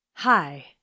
Hi